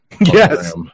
yes